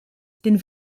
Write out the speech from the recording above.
den